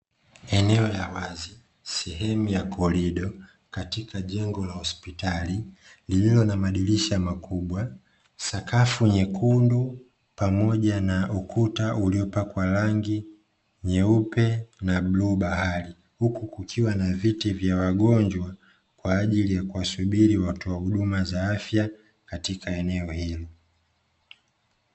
Eneo la wazi, sehemu ya korido katika jengo la hospitali, lililo na madirisha makubwa, sakafu nyekundu, pamoja na ukuta uliopakwa rangi nyeupe na bluu bahari. Huku kukiwa na viti vya wagonjwa kwa ajili ya kuwasubiri watoa huduma za afya katika eneo hilo.